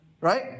Right